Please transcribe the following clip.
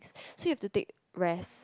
so he have to take rest